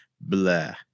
blah